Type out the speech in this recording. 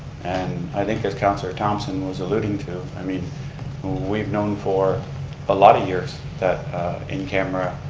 and i think as councilor thomson was alluding to, i mean we've known for a lot of years that in camera